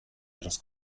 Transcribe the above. ihres